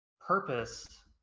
purpose